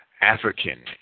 African